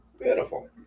Beautiful